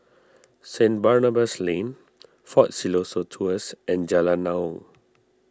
St Barnabas Lane fort Siloso Tours and Jalan Naung